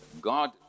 God